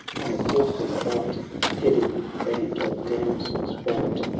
on a palfrey white. heading a band of damsels bright.